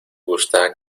gusta